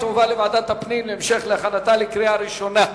היא תועבר לוועדת הפנים להמשך הכנתה לקריאה ראשונה.